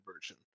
version